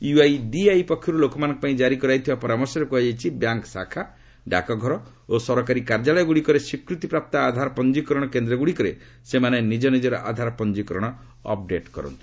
UIDAI ପକ୍ଷରୁ ପଲୋକମାନଙ୍କ ପାଇଁ ଜାରି କରାଯାଇଥିବା ପରାମର୍ଶରେ କୁହାଯାଇଛି ବ୍ୟାଙ୍କ୍ ଶାଖା ଡାକଘର ଓ ସରକାରୀ କାର୍ଯ୍ୟାଳୟଗୁଡ଼ିକରେ ସ୍ୱୀକୃତିପ୍ରାପ୍ତ ଆଧାର ପଞ୍ଜୀକରଣ କେନ୍ଦ୍ରଗୁଡ଼ିକରେ ସେମାନେ ନିଜନିଜର ଆଧାର ପଞ୍ଜୀକରଣ ଅପ୍ଡେଟ୍ କରନ୍ତୁ